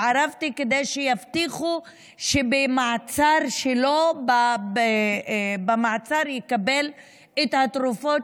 התערבתי כדי שיבטיחו שבמעצר שלו יקבל את התרופות,